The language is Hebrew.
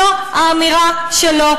זאת האמירה שלו,